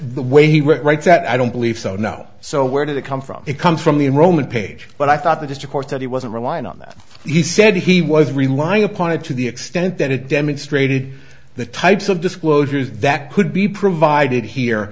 the way he writes that i don't believe so no so where did it come from it comes from the enrolment page but i thought that just to court that he wasn't relying on that he said he was relying upon it to the extent that it demonstrated the types of disclosures that could be provided here